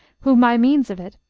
who, by means of it,